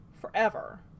forever